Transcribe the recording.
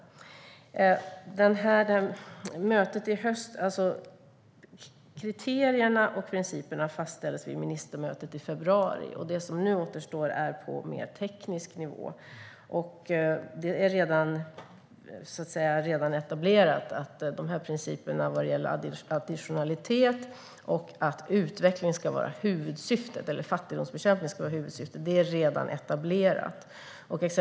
Vad gäller mötet i höst fastställdes kriterierna och principerna vid ministermötet i februari. Det som återstår är på mer teknisk nivå. Principerna om additionalitet och att fattigdomsbekämpning ska vara huvudsyftet är redan etablerade.